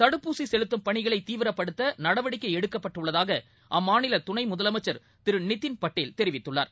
தடுப்பூசிசெலுத்தம் பணிகளைதீவிரப்படுத்தநடவடிக்கைஎடுக்கப்பட்டுள்ளதாகஅம்மாநிலதுணைமுதலமைச்சர் திருநிதின் பட்டேல் தெரிவித்துள்ளார்